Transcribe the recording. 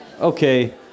okay